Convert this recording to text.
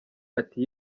ati